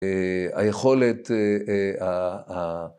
‫היכולת...